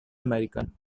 american